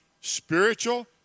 spiritual